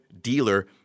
dealer